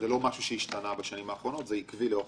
בשנים שבדקנו,